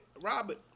Robert